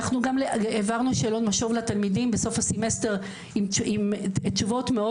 העברנו שאלון משוב לתלמידים בסוף הסימסטר עם תשובות מאוד